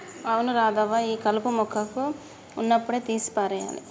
అవును రాధవ్వ ఈ కలుపు మొక్కగా ఉన్నప్పుడే తీసి పారేయాలి